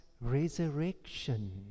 Resurrection